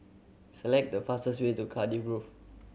select the fastest way to Cardiff Grove